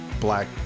Black